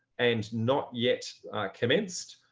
and not yet commenced,